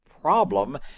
problem